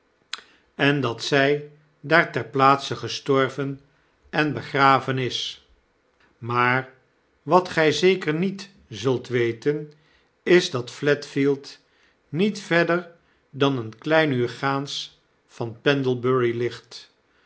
en dat zij daar ter plaatse gestorven en begraven is maar wat gij zeker niet zult weten is dat flatffield niet verder dan een klein uur gaans van pendlebury ligt